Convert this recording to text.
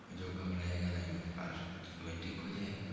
जो घबराएगा नहीं ओ पास में हो जाएगा